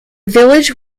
village